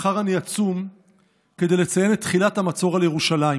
מחר אני אצום כדי לציין את תחילת המצור על ירושלים.